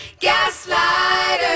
Gaslighter